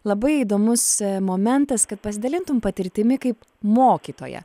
labai įdomus momentas kad pasidalintum patirtimi kaip mokytoja